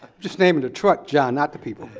just naming the truck, jon, not the people,